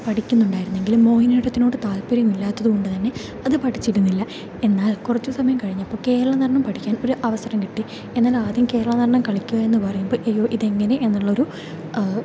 പഠിക്കുന്നുണ്ടായിരുന്നെങ്കിലും മോഹിനിയാട്ടത്തിനോട് താല്പര്യമില്ലാത്തതുകൊണ്ട് തന്നെ അത് പഠിച്ചിരുന്നില്ല എന്നാൽ കുറച്ചു സമയം കഴിഞ്ഞപ്പോൾ കേരളനടനം പഠിക്കാൻ ഒരു അവസരം കിട്ടി എന്നാൽ ആദ്യം കേരളനടനം കളിക്കുക എന്ന് പറയുമ്പോൾ ഈ ഇതെങ്ങനെ എന്നുള്ളൊരു